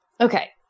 Okay